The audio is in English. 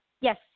Yes